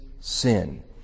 sin